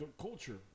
culture